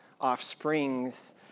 offsprings